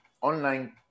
online